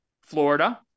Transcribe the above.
Florida